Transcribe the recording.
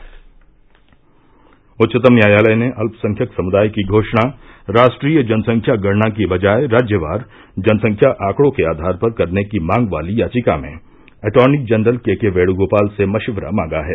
श् उच्चतम न्यायालय ने अल्पसंख्यक समुदाय की घोषणा राष्ट्रीय जनसंख्या गणना की बजाय राज्यवार जनसंख्या आंकड़ों के आधार पर करने की मांग वाली याचिका में attorney general K K Venugopal से मशिवरा मांगा है